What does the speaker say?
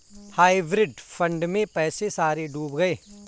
hybrid fund में पैसे सारे डूब गए